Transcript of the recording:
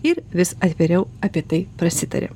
ir vis atviriau apie tai prasitaria